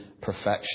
perfection